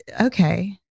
Okay